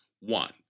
One